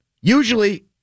Usually